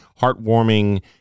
heartwarming